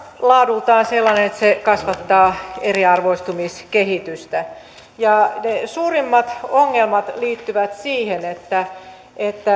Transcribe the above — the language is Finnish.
laadultaan sellainen että se kasvattaa eriarvoistumiskehitystä ne suurimmat ongelmat liittyvät siihen että